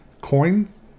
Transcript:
coins